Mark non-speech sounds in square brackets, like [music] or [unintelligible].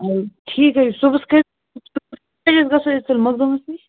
[unintelligible] ٹھیٖک حظ چھِ صُبحَس [unintelligible] أسۍ تیٚلہِ مۄقدَمَس نِش